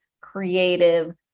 creative